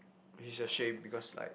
he's ashamed because like